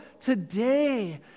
today